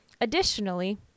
Additionally